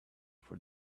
for